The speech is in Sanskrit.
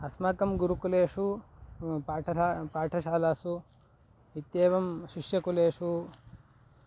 अस्माकं गुरुकुलेषु पाठरा पाठशालासु इत्येवं शिष्यकुलेषु